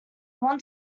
want